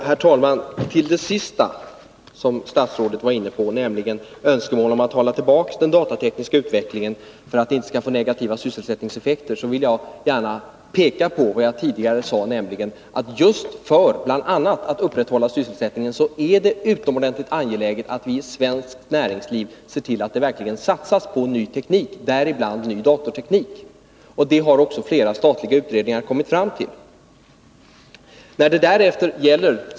Herr talman! Till det sista som statsrådet var inne på, nämligen önskemålet om att hålla tillbaka den datatekniska utvecklingen för att den inte skall få negativa sysselsättningseffekter, vill jag gärna peka på vad jag tidigare sade: Bl. a. just för att upprätthålla sysselsättningen är det utomordentligt angeläget att vi i svenskt näringsliv ser till att det verkligen satsas på ny teknik, däribland ny datateknik. Det har också flera statliga utredningar kommit fram till.